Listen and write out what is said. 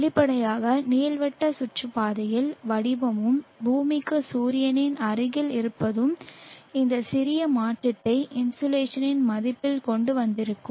வெளிப்படையாக நீள்வட்ட சுற்றுப்பாதையின் வடிவமும் பூமிக்கு சூரியனுக்கு அருகில் இருப்பதும் இந்த சிறிய மாற்றத்தை இன்சோலேஷனின் மதிப்பில் கொண்டு வந்திருக்கும்